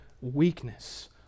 weakness